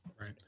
Right